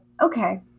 okay